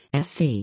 SC